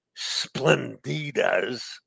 Splendidas